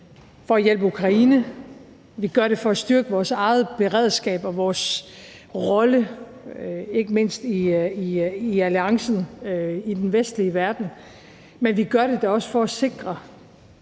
for at hjælpe Ukraine, vi gør det for at styrke vores eget beredskab og ikke mindst vores rolle i alliancen i den vestlige verden, men vi gør det da også for at sikre,